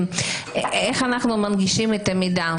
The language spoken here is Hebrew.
איך אנחנו מנגישים את המידע,